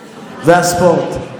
והספורט.